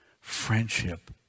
friendship